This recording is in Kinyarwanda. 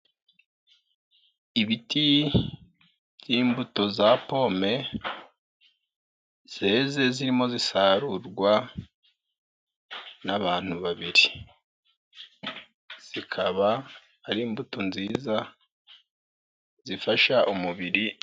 Ibiti by'imbuto za pome zeze zirimo zisarurwa n'abantu babiri, zikaba ari imbuto nziza zifasha umubiri.,